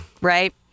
Right